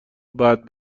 بعد